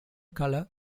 colour